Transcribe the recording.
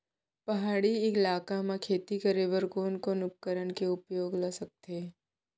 पहाड़ी इलाका म खेती करें बर कोन उपकरण के उपयोग ल सकथे?